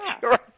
sure